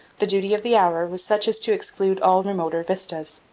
the duty of the hour was such as to exclude all remoter vistas.